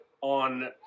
on